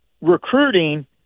recruiting